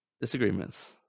disagreements